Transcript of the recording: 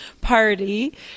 party